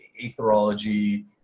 etherology